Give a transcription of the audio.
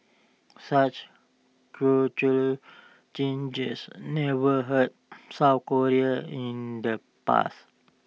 such cultural changes never hurt south Korea in the past